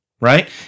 right